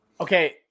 Okay